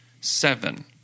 Seven